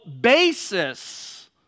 basis